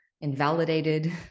invalidated